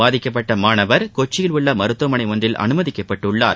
பாதிக்கப்பட்ட மாணவர் கொச்சியில் உள்ள மருத்துவமளை ஒன்றில் அனுமதிக்கப்பட்டுள்ளார்